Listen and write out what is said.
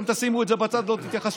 אתם תשימו את זה בצד ולא תתייחסו,